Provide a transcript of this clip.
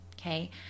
okay